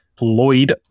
Lloyd